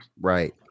Right